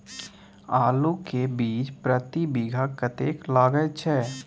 आलू के बीज प्रति बीघा कतेक लागय छै?